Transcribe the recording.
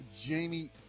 Jamie